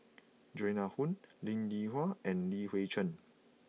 Joan Hon Linn In Hua and Li Hui Cheng